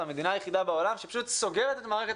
המדינה היחידה בעולם שפשוט סוגרת את מערכת